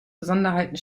besonderheiten